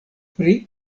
pri